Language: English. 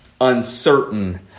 uncertain